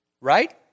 Right